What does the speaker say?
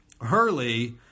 Hurley